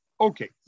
Okay